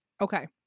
Okay